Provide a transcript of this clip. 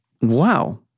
wow